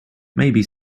maybe